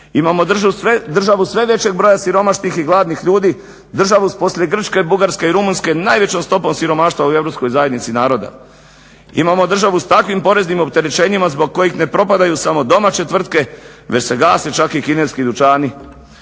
imamo državu sve većeg broja siromašnih i gladnih ljudi, državu poslije Grčke, Bugarske i Rumunjske najvećom stopom siromaštva u Europskoj zajednici naroda, imamo državu s takvim poreznim opterećenjima zbog kojih ne propadaju samo domaće tvrtke već se gase čak i kineski dućani,